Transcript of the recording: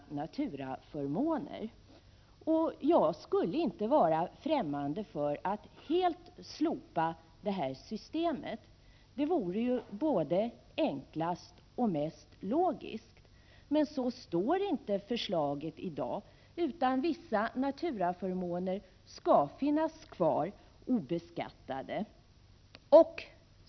1987/88:46 naturaförmåner, och jag skulle inte vara främmande för att helt slopa det här 16 december 1987 systemet. Det vore ju både enklast och mest logiskt. Men så lyder inte förslaget i dag, utan vissa naturaförmåner skall finnas kvar obeskattade.